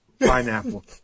Pineapple